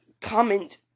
Comment